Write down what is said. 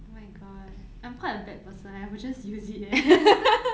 oh my god I'm quite a bad person eh I will just use it eh